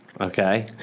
Okay